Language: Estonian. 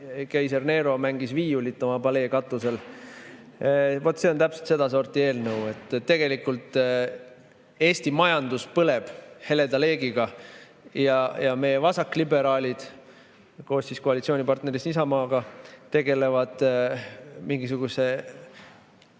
keiser Nero mängis viiulit oma palee katusel. Vot see on täpselt sedasorti eelnõu. Tegelikult Eesti majandus põleb heleda leegiga ja meie vasakliberaalid koos koalitsioonipartnerist Isamaaga tegelevad mingisuguse